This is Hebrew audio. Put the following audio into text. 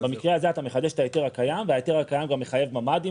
במקרה הזה אתה מחדש את ההיתר הקיים וההיתר הקיים גם מחייב ממ"דים.